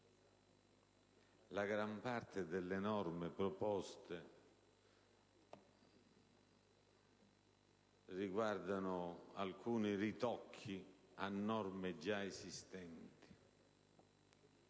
La gran parte delle norme proposte riguardano alcuni ritocchi a norme già esistenti: